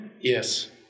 Yes